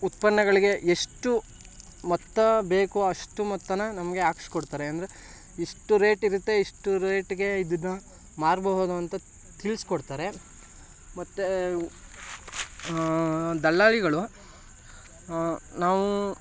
ಉತ್ಪನ್ನಗಳಿಗೆ ಎಷ್ಟು ಮೊತ್ತ ಬೇಕು ಅಷ್ಟು ಮೊತ್ತನ ನಮಗೆ ಹಾಕ್ಸ್ಕೊಡ್ತಾರೆ ಅಂದರೆ ಇಷ್ಟು ರೇಟ್ ಇರುತ್ತೆ ಇಷ್ಟು ರೇಟಿಗೆ ಇದನ್ನು ಮಾರ್ಬೋದು ಅಂತ ತಿಳಿಸ್ಕೊಡ್ತಾರೆ ಮತ್ತು ದಲ್ಲಾಳಿಗಳು ನಾವು